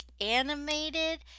animated